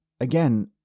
again